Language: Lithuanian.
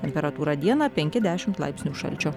temperatūra dieną penki dešimt laipsnių šalčio